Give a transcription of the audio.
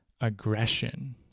aggression